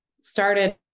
started